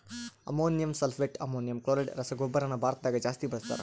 ammonium sulphate, ammonium chloride ರಸಗೊಬ್ಬರನ ಭಾರತದಗ ಜಾಸ್ತಿ ಬಳಸ್ತಾರ